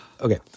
okay